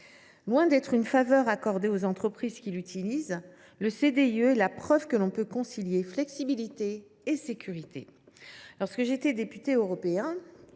Loin d’être une faveur accordée aux entreprises qui l’utilisent, ce contrat est la preuve que l’on peut concilier flexibilité et sécurité. En 2010, lorsque j’étais député européen,